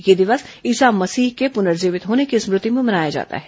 यह दिवस ईसा मसीह के पुनर्जीवित होने की स्मृति में मनाया जाता है